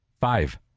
Five